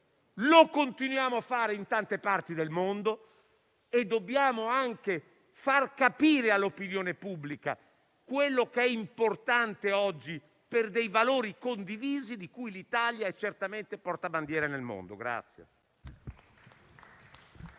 lo continuiamo a fare in tante parti del mondo. Dobbiamo anche far capire all'opinione pubblica quello che è importante oggi, per i valori condivisi di cui l'Italia è certamente portabandiera nel mondo.